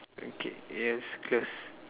okay it has close